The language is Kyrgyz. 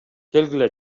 келгиле